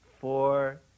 four